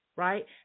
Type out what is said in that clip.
Right